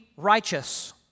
righteous